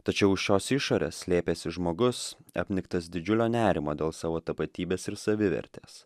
tačiau už šios išorės slėpėsi žmogus apniktas didžiulio nerimo dėl savo tapatybės ir savivertės